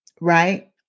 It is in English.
right